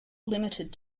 limited